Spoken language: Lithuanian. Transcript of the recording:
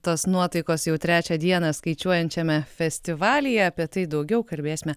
tos nuotaikos jau trečią dieną skaičiuojančiame festivalyje apie tai daugiau kalbėsime